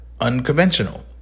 unconventional